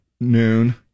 noon